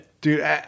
Dude